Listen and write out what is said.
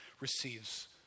receives